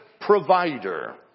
provider